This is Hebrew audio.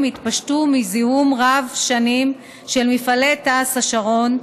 התפשטו מזיהום רב-שנים של מפעלי תעש השרון,